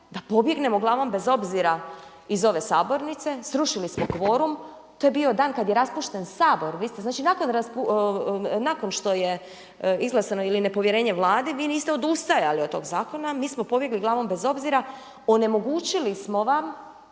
da pobjegnemo glavom bez obzira iz ove sabornice, srušili smo kvorum, to je bio dan kada je raspušten Sabor. Vi ste znači nakon što je izglasano ili nepovjerenje Vladi, vi niste odustajali od tog zakona, mi smo pobjegli glavom bez obzira, onemogućili smo vam